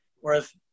Whereas